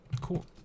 Cool